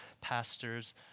pastors